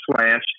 slash